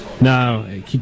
No